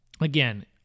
Again